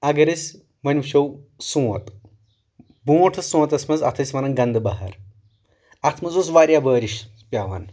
اگر أسۍ وۄنۍ وٕچھو سونٛت بونٛٹھ اوس سونٛتس منٛز اتھ ٲسۍ ونان گنٛدٕ بہر اتھ منٛز اوس واریاہ بٲرِش پٮ۪وان